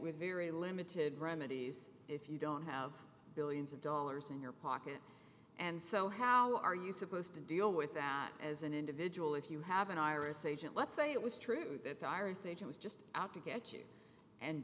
with very limited remedies if you don't have billions of dollars in your pocket and so how are you supposed to deal with that as an individual if you have an iris agent let's say it was true that iris age was just out to get you and